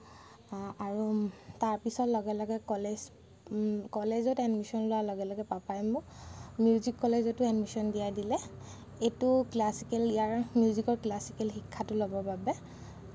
আৰু তাৰ পিছত লগে লগে কলেজ কলেজত এডমিচন লোৱাৰ লগে লগে পাপাই মোক মিউজিক কলেজতো এডমিচন দিয়াই দিলে এইটো ক্লাছিকেল ইয়াৰ মিউজিকৰ ক্লাছিকেল শিক্ষাটো ল'বৰ বাবে